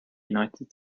united